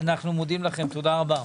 אנחנו מודים לכם, תודה רבה.